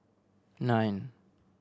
nine